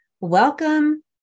Welcome